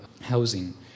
housing